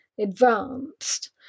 advanced